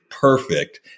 perfect